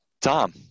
Tom